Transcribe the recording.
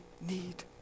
need